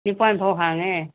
ꯅꯤꯄꯥꯟ ꯐꯥꯎ ꯍꯥꯡꯉꯦ